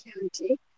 County